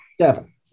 Seven